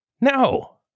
No